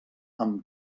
amb